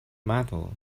metal